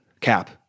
cap